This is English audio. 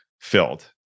filled